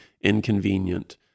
inconvenient